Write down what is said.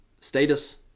Status